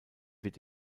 wird